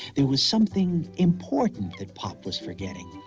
there was something important and pop was forgetting.